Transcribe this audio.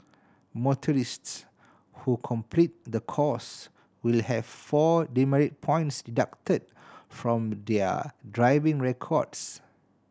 motorists who complete the course will have four demerit points deducted from their driving records